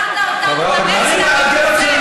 שלרוב לא מגיעה הגדרה?